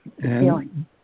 Feeling